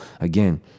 again